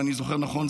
אם אני זוכר נכון,